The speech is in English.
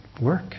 work